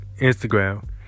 Instagram